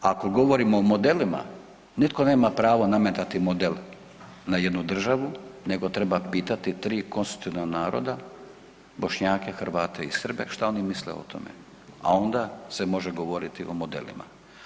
Ako govorimo o modelima nitko nema pravo nametati model na jednu državu nego treba pitati 3 konstitutivna naroda, Bošnjake, Hrvate i Srbe što oni misle o tome, a onda se može govoriti o modelima.